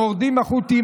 המורדים החות'ים,